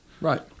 Right